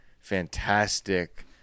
fantastic